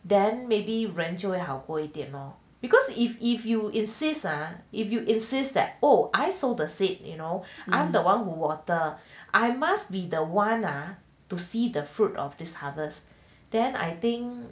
then maybe 人会好过一点 lor because if if you insist ah if you insist that oh I sow the seed you know I'm the one who water I must be the one ah to see the fruit of this harvest then I think